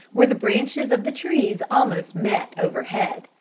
where the branches of the trees almost met overhead,